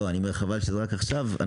אני אומר שחבל שרק עכשיו,